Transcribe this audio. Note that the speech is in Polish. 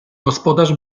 gospodarz